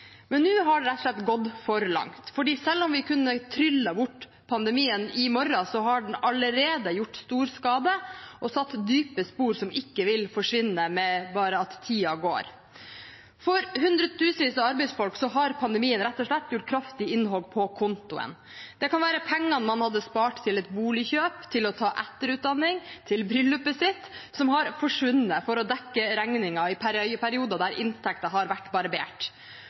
Men nå har det rett og slett gått for langt. For selv om vi kunne tryllet bort pandemien i morgen, har den allerede gjort stor skade og satt dype spor som ikke vil forsvinne bare ved at tiden går. For hundretusenvis av arbeidsfolk har pandemien rett og slett gjort et kraftig innhogg på kontoen. Det kan være pengene man hadde spart til et boligkjøp, til å ta etterutdanning, eller til bryllupet sitt, som har forsvunnet for å dekke regninger i perioder der inntekten har vært barbert.